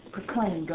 Proclaim